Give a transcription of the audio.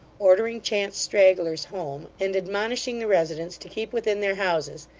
ordering chance stragglers home, and admonishing the residents to keep within their houses,